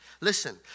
Listen